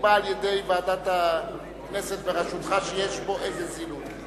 נקבע על-ידי ועדת הכנסת בראשותך שיש פה איזו זילות.